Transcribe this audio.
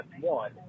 one